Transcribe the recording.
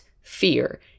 fear